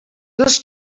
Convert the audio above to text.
dos